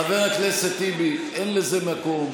חבר הכנסת טיבי, אין לזה מקום,